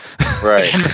right